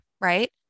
right